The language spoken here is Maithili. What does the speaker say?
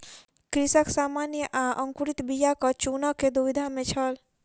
कृषक सामान्य आ अंकुरित बीयाक चूनअ के दुविधा में छल